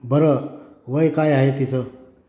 बरं वय काय आहे तिचं